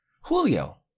Julio